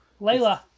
Layla